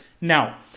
Now